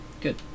good